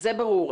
זה ברור.